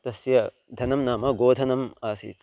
तस्य धनं नाम गोधनम् आसीत्